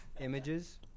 Images